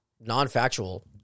non-factual